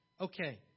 Okay